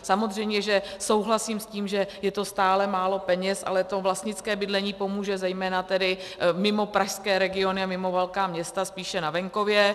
Samozřejmě že souhlasím s tím, že je to stále málo peněz, ale to vlastnické bydlení pomůže zejména mimo pražské regiony a mimo velká města, spíše na venkově.